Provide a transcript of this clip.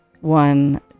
one